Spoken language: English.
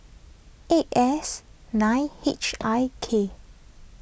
eight S nine H I K